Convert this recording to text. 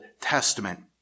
Testament